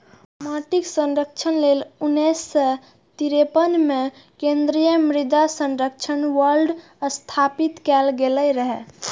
माटिक संरक्षण लेल उन्नैस सय तिरेपन मे केंद्रीय मृदा संरक्षण बोर्ड स्थापित कैल गेल रहै